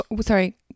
Sorry